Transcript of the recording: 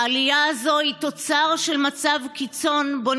העלייה הזו היא תוצר של מצב קיצון שבו